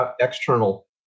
external